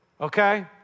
okay